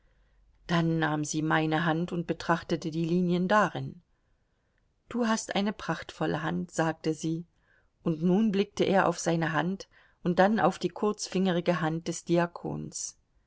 dann nahm sie meine hand und betrachtete die linien darin du hast eine prachtvolle hand sagte sie und nun blickte er auf seine hand und dann auf die kurzfingerige hand des diakons